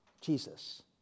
Jesus